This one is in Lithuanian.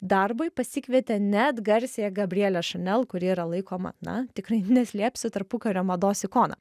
darbui pasikvietė net garsiąją gabrielę šanel kuri yra laikoma na tikrai neslėpsiu tarpukario mados ikona